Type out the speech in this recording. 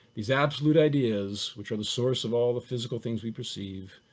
these absolute ideas, which are the source of all the physical things we perceive,